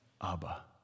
Abba